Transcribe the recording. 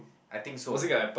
I think so